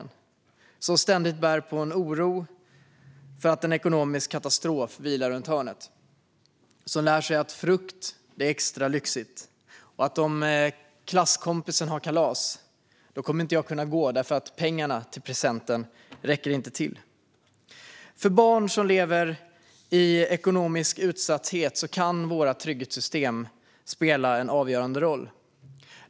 Det är barn som ständigt bär på en oro för att en ekonomisk katastrof lurar runt hörnet, som lär sig att frukt är extra lyxigt och som vet att de inte kommer att kunna gå om klasskompisen har kalas därför att pengarna inte räcker till en present. För barn som lever i ekonomisk utsatthet kan våra trygghetssystem spela en avgörande roll.